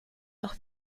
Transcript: auch